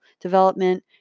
development